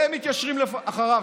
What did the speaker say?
והם מתיישרים אחריו,